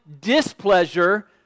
displeasure